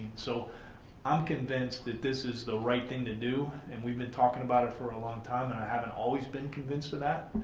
so i'm convinced that this is the right thing to do and we've been talking about it for a long time and i haven't always been convinced of that,